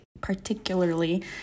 particularly